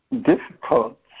difficult